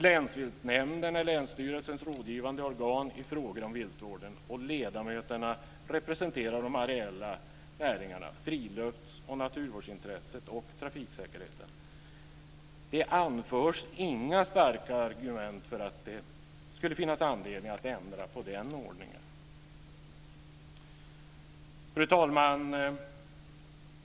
Länsviltnämnden och länsstyrelsens rådgivande organ i frågor om viltvården och ledamöterna representerar de areella näringarna, frilufts och naturvårdsintresset samt trafiksäkerheten. Regeringen anför inga starka argument för att det skulle finnas anledning att ändra på den ordningen. Fru talman!